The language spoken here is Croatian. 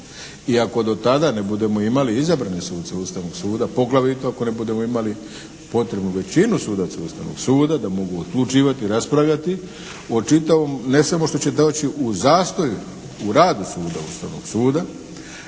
I ako do tada ne budemo imali izabrane suce Ustavnog suda, poglavito ako ne budemo imali potrebnu većinu sudaca Ustavnog suda da mogu odlučivati, raspravljati o čitavom, ne samo što će doći u zastoj u radu suda Ustavnog suda